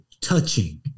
touching